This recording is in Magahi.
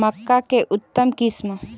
मक्का के उतम किस्म?